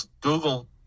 Google